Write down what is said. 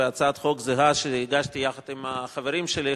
והצעת חוק זהה שהגשתי יחד עם החברים שלי,